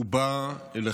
הוא בא אליכם